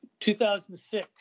2006